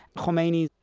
khomeini,